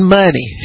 money